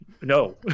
no